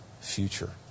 future